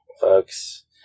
folks